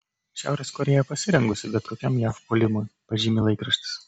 šiaurės korėja pasirengusi bet kokiam jav puolimui pažymi laikraštis